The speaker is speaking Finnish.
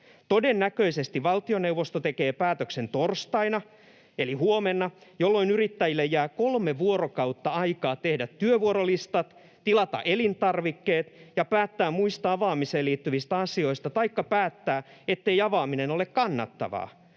Todennäköisesti valtioneuvosto tekee päätöksen torstaina” — eli huomenna — ”jolloin yrittäjille jää kolme vuorokautta aikaa tehdä työvuorolistat, tilata elintarvikkeet ja päättää muista avaamiseen liittyvistä asioista taikka päättää, ettei avaaminen ole kannattavaa.